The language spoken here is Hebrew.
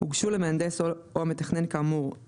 הוגשו למהנדס או המתכנן כאמור את